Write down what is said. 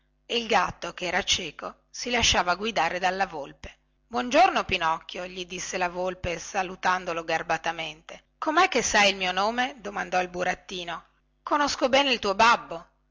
e il gatto che era cieco si lasciava guidare dalla volpe buon giorno pinocchio gli disse la volpe salutandolo garbatamente comè che sai il mio nome domandò il burattino conosco bene il tuo babbo